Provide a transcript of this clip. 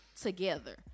together